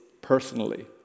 personally